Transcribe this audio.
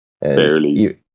Barely